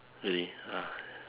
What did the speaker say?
really ah